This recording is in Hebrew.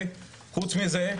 חוץ מזה,